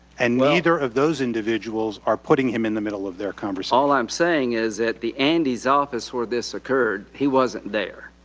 and neither of those individuals are putting him in the middle of their conversation. all i'm saying is that the andy's office where this occurred, he wasn't there?